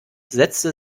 setzte